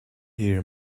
hear